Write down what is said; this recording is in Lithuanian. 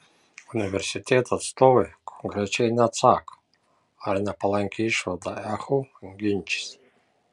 universiteto atstovai konkrečiai neatsako ar nepalankią išvadą ehu ginčys